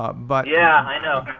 ah but yeah i know.